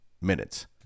minutes